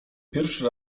pierwszy